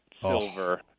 silver